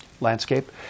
landscape